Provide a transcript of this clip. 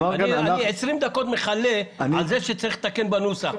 אני 20 דקות מכלה על כך שצריך לתקן בנוסח.